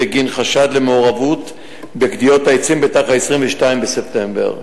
בגין חשד למעורבות בגדיעות העצים ב-22 בספטמבר.